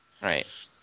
Right